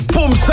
Boom